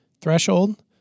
threshold